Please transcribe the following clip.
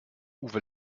uwe